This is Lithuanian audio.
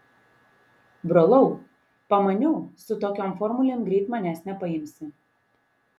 brolau pamaniau su tokiom formulėm greit manęs nepaimsi